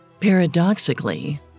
Paradoxically